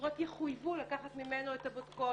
שהחברות יחויבו לקחת ממנו את הבודקות.